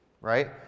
right